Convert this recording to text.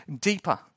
deeper